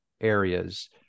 areas